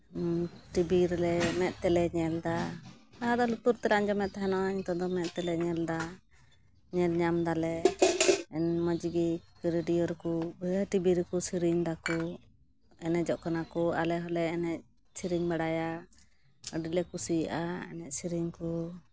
TV ᱨᱮᱞᱮ ᱢᱮᱫ ᱛᱮᱞᱮ ᱧᱮᱞᱫᱟ ᱞᱟᱦᱟ ᱫᱚ ᱞᱩᱛᱩᱨ ᱛᱮᱞᱮ ᱟᱸᱡᱚᱢᱮᱫ ᱛᱟᱦᱮᱱᱚᱜᱼᱟ ᱱᱤᱛᱳᱜ ᱫᱚ ᱢᱮᱫ ᱛᱮᱞᱮ ᱧᱮᱞᱫᱟ ᱧᱮᱞᱼᱧᱟᱢ ᱫᱟᱞᱮ ᱟᱹᱰᱤ ᱢᱚᱡᱽ ᱜᱮ ᱨᱮᱰᱤᱭᱳ ᱨᱮᱠᱚ ᱴᱤᱵᱤ ᱨᱮᱠᱚ ᱥᱮᱨᱮᱧ ᱫᱟᱠᱚ ᱮᱱᱮᱡᱚᱜ ᱠᱟᱱᱟ ᱠᱚ ᱟᱞᱮ ᱦᱚᱸᱞᱮ ᱮᱱᱮᱡ ᱥᱮᱨᱮᱧ ᱵᱟᱲᱟᱭᱟ ᱟᱹᱰᱤ ᱞᱮ ᱠᱩᱥᱤᱭᱟᱜᱼᱟ ᱮᱱᱮᱡ ᱥᱮᱨᱮᱧ ᱠᱚ